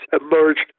emerged